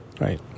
Right